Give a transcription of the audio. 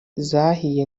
zahiye